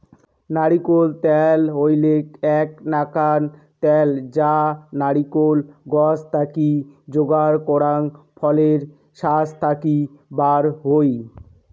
নারিকোল ত্যাল হইলেক এ্যাক নাকান ত্যাল যা নারিকোল গছ থাকি যোগার করাং ফলের শাস থাকি বার হই